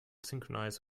synchronize